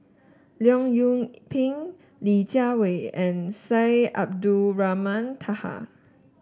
Leong Yoon Pin Li Jiawei and Syed Abdulrahman Taha